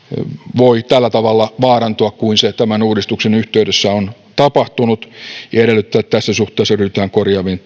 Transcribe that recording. voi tällä tavalla vaarantua kuin tämän uudistuksen yhteydessä on tapahtunut ja edellyttää että tässä suhteessa ryhdytään korjaaviin